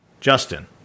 Justin